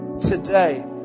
today